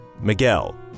Miguel